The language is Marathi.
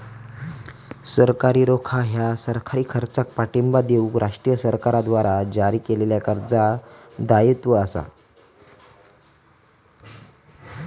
सरकारी रोखा ह्या सरकारी खर्चाक पाठिंबा देऊक राष्ट्रीय सरकारद्वारा जारी केलेल्या कर्ज दायित्व असा